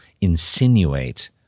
insinuate